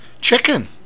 Chicken